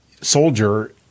soldier